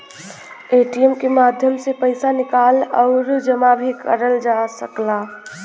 ATM के माध्यम से पइसा निकाल आउर जमा भी करल जा सकला